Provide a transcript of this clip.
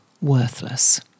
worthless